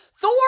Thor